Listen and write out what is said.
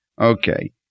Okay